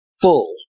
full